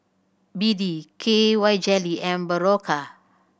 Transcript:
B D K Y Jelly and Berocca